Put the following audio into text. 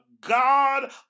god